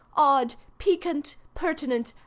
odd, piquant, pertinent,